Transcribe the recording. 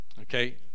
okay